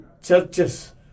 churches